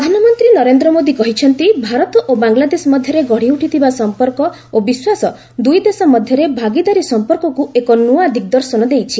PM ବଙ୍ଗବନ୍ଧ ପ୍ରଧାନମନ୍ତ୍ରୀ ନନେନ୍ଦ୍ର ମୋଦି କହିଛନ୍ତି ଭାରତ ଓ ବାଂଲାଦେଶ ମଧ୍ୟରେ ଗଢ଼ି ଉଠିଥିବା ସମ୍ପର୍କ ଓ ବିଶ୍ୱାସ ଦୁଇ ଦେଶ ମଧ୍ୟରେ ଭାଗିଦାରୀ ସମ୍ପର୍କକ୍ ଏକ ନୂଆ ଦିଗ୍ଦର୍ଶନ ଦେଇଛି